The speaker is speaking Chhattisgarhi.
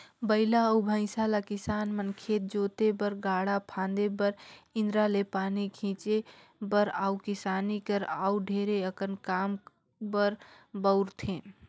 बइला अउ भंइसा ल किसान मन खेत जोते बर, गाड़ा फांदे बर, इन्दारा ले पानी घींचे बर अउ किसानी कर अउ ढेरे अकन काम बर बउरथे